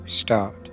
start